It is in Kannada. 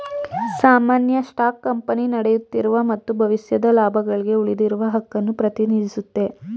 ಸಾಮಾನ್ಯ ಸ್ಟಾಕ್ ಕಂಪನಿ ನಡೆಯುತ್ತಿರುವ ಮತ್ತು ಭವಿಷ್ಯದ ಲಾಭಗಳ್ಗೆ ಉಳಿದಿರುವ ಹಕ್ಕುನ್ನ ಪ್ರತಿನಿಧಿಸುತ್ತೆ